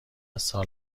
سال